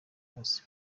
bose